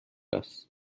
است